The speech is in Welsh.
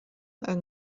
yng